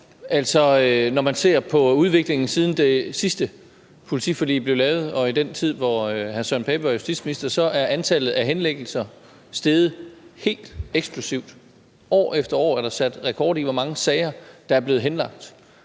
når man ser på udviklingen, siden det sidste politiforlig blev lavet, og i den tid, hvor hr. Søren Pape Poulsen var justitsminister, er antallet af henlæggelser steget helt eksplosivt. År efter år er der sat rekord i, hvor mange sager der er blevet henlagt.